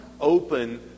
open